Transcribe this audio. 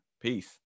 Peace